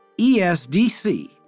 ESDC